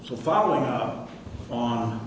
so following up on